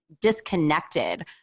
disconnected